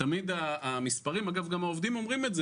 העובדים אומרים: